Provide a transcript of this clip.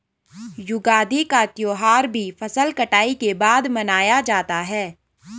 युगादि का त्यौहार भी फसल कटाई के बाद मनाया जाता है